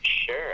Sure